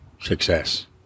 success